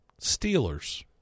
Steelers